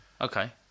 Okay